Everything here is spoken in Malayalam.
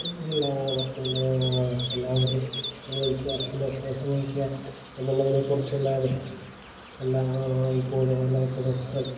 എല്ലാവർക്കും എല്ലാവരേയും സഹകരിക്കുക സന്തോഷത്തോടെ സഹകരിക്കുക എന്നുള്ളതിനെ കുറിച്ചല്ലാതെ എല്ലായ്പ്പോഴും